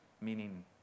meaning